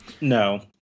No